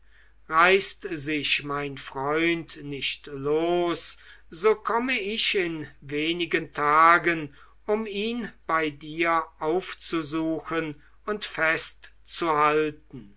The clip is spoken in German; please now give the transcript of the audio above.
reißt sich mein freund nicht los so komme ich in wenigen tagen um ihn bei dir aufzusuchen und festzuhalten